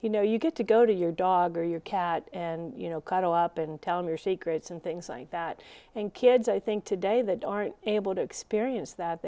you know you get to go to your dog or your cat and you know cuddle up and tell him your secrets and things like that and kids i think today that aren't able to experience that